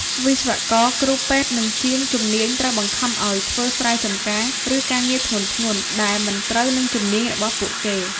វិស្វករ គ្រូពេទ្យ និងជាងជំនាញត្រូវបង្ខំឱ្យធ្វើស្រែចម្ការ ឬការងារធ្ងន់ៗដែលមិនត្រូវនឹងជំនាញរបស់ពួកគេ។